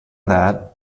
that